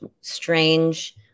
strange